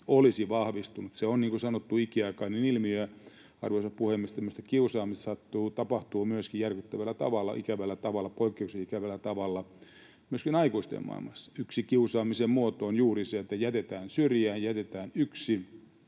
olisi vahvistunut. Se on, niin kuin sanottu, ikiaikainen ilmiö. Arvoisa puhemies! Tämmöistä kiusaamista tapahtuu järkyttävällä tavalla, poikkeuksellisen ikävällä tavalla, myöskin aikuisten maailmassa. Yksi kiusaamisen muoto on juuri se, että jätetään syrjään, jätetään yksin,